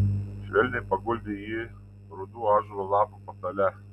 švelniai paguldė jį rudų ąžuolo lapų patale